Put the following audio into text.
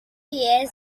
years